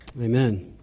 Amen